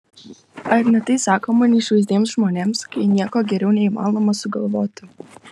ar ne tai sakoma neišvaizdiems žmonėms kai nieko geriau neįmanoma sugalvoti